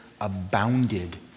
abounded